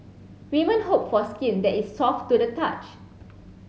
women hope for skin that is soft to the touch